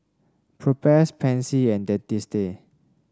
Propass Pansy and Dentiste